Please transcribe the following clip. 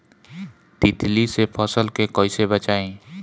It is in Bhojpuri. तितली से फसल के कइसे बचाई?